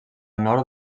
nord